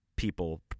people